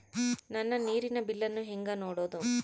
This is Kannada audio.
ನನ್ನ ನೇರಿನ ಬಿಲ್ಲನ್ನು ಹೆಂಗ ನೋಡದು?